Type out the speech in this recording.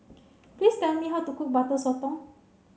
please tell me how to cook butter sotong